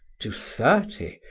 to thirty,